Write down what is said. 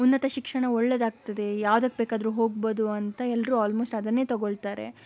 ಉನ್ನತ ಶಿಕ್ಷಣ ಒಳ್ಳೆಯದಾಗ್ತದೆ ಯಾವುದಕ್ಕೆ ಬೇಕಾದರೂ ಹೋಗಬಹುದು ಅಂತ ಎಲ್ಲರೂ ಆಲ್ಮೋಸ್ಟ್ ಅದನ್ನೇ ತಗೊಳ್ತಾರೆ